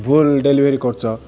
ଭୁଲ୍ ଡେଲିଭରି କରୁଛ